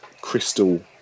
Crystal